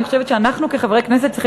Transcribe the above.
אני חושבת שאנחנו כחברי הכנסת צריכים